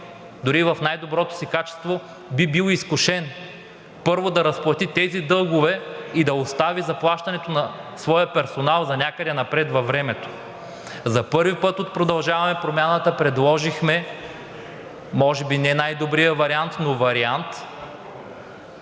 дори и в най-доброто си качество, би бил изкушен, първо, да разплати тези дългове и да остави заплащането на своя персонал за някъде напред във времето. За първи път от „Продължаваме Промяната“ предложихме може би не най-добрия вариант, но вариант